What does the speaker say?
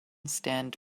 stand